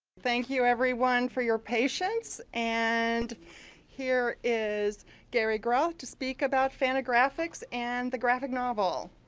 thank you everyone for your patience, and here is gary groth to speak about fantagraphics and the graphic novel.